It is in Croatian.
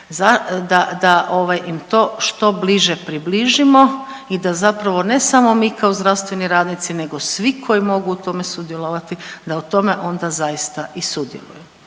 ovaj im to što bliže približimo i da zapravo ne samo mi kao zdravstveni radnici nego svi koji mogu u tome sudjelovati da u tome onda zaista i sudjelujemo.